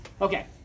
Okay